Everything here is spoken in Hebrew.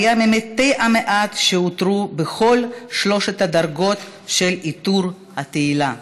והיה ממתי המעט שעוטרו בכל שלוש הדרגות של עיטור התהילה.